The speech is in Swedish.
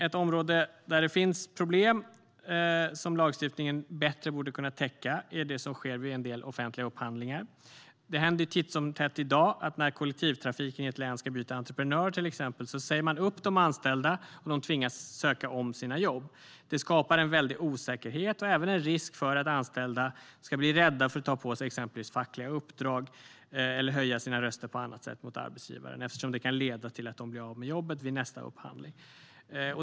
Ett område där det finns problem som lagstiftningen bättre borde kunna täcka är det som sker vid en del offentliga upphandlingar. Det händer titt som tätt i dag, till exempel när kollektivtrafiken i ett län ska byta entreprenör, att man säger upp de anställda och de tvingas söka om sina jobb. Det skapar en väldig osäkerhet och även en risk för att anställda ska bli rädda för att ta på sig exempelvis fackliga uppdrag eller på annat sätt höja sina röster mot arbetsgivaren, eftersom det kan leda till att de blir av med jobbet vid nästa upphandling.